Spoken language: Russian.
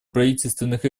правительственных